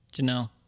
Janelle